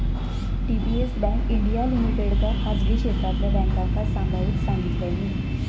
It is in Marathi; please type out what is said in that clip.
डी.बी.एस बँक इंडीया लिमिटेडका खासगी क्षेत्रातल्या बॅन्कांका सांभाळूक सांगितल्यानी